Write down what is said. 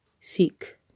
seek